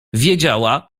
wiedziała